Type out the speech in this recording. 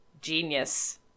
Genius